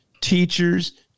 teachers